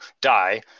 die